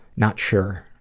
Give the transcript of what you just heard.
not sure.